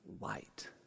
light